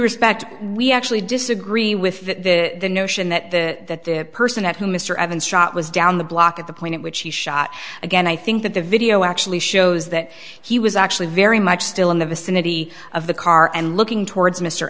respect we actually disagree with that notion that that person who mr evans shot was down the block at the point which he shot again i think that the video actually shows that he was actually very much still in the vicinity of the car and looking towards mr